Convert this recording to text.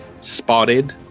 spotted